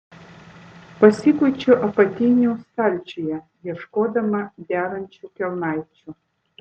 pasikuičiau apatinių stalčiuje ieškodama derančių kelnaičių